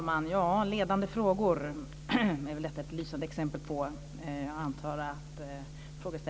Herr talman! Det var ett lysande exempel på ledande frågor!